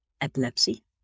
epilepsy